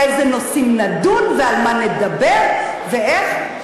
באיזה נושאים נדון ועל מה נדבר ואיך?